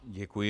Děkuji.